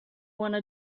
wanna